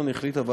נוסף על כך,